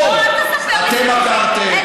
אתם עקרתם,